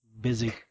Busy